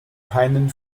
keinen